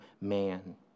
man